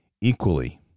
Equally